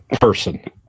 person